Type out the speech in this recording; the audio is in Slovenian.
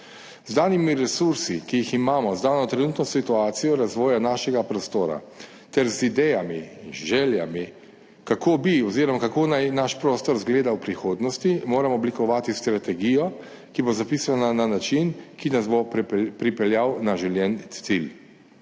Z danimi resursi, ki jih imamo, z dano trenutno situacijo razvoja našega prostora ter z idejami in željami, kako bi oziroma kako naj naš prostor izgleda v prihodnosti, moramo oblikovati strategijo, ki bo zapisana na način, ki nas bo pripeljal na želen cilj.